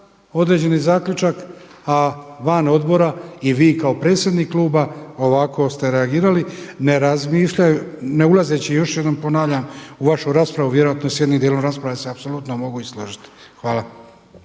određeni zaključak, a van odbora i vi kao predsjednik Kluba ovako ste reagirali ne ulazeći još jednom ponavljam u vašu raspravu, vjerojatno s jednim dijelom rasprave se apsolutno mogu i složiti? Hvala.